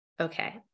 okay